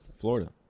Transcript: Florida